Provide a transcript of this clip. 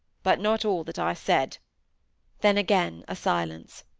but not all that i said then again a silence.